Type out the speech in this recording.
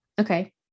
Okay